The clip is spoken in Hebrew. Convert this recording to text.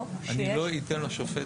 בנושא לשירות